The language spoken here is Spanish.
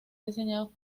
diseñados